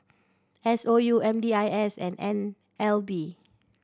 S O U M D I S and N L B